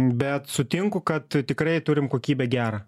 bet sutinku kad tikrai turim kokybę gerą